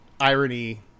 irony